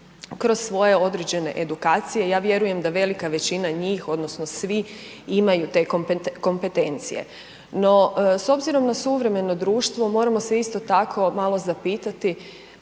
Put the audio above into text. Kroz svoje određene edukacije, ja vjerujem da velika većina njih, odnosno svi imaju te kompetencije. No, s obzirom na suvremeno društvo, moramo se isto tako malo zapitati,